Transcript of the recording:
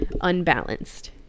unbalanced